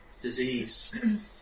disease